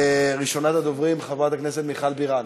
ראשונת הדוברים, חברת הכנסת מיכל בירן.